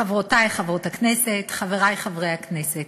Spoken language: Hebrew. חברותי חברות הכנסת, חברי חברי הכנסת,